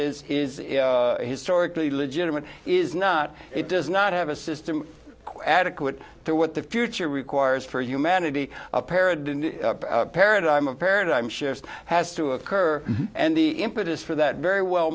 states is is historically legitimate is not it does not have a system adequate to what the future requires for humanity a paradigm paradigm a paradigm shift has to occur and the impetus for that very well